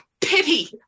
Pity